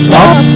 up